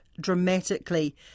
dramatically